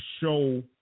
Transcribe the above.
show